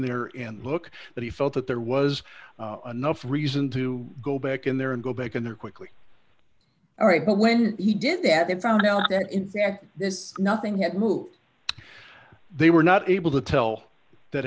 there and look but he felt that there was enough reason to go back in there and go back in there quickly all right but when he did that in found out that in fact this nothing had moved they were not able to tell that